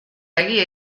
egia